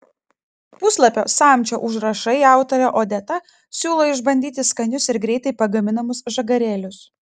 puslapio samčio užrašai autorė odeta siūlo išbandyti skanius ir greitai pagaminamus žagarėlius